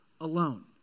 alone